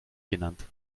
genannt